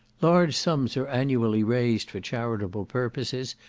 large sums are annually raised for charitable purposes,